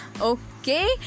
Okay